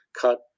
cut